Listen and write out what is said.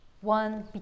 One